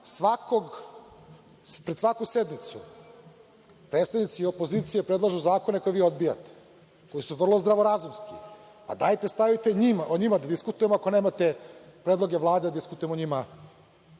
radimo. Pred svaku sednicu predstavnici opozicije predlažu zakone koje vi odbijate, a koji su vrlo zdravorazumski. Dajte, stavite da o njima diskutujemo, ako nemate predloge Vlade da diskutujemo o njima